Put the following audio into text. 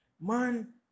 man